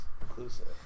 Inclusive